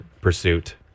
pursuit